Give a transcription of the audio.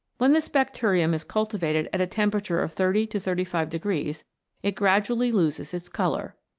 when this bacterium is cul tivated at a temperature of thirty to thirty five degrees it gradually loses its colour.